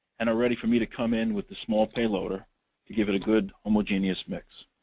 and are ready for me to come in with the small payloader to give it a good homogeneous mix.